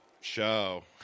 show